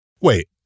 Wait